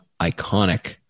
iconic